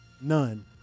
None